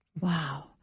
wow